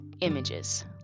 images